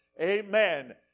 amen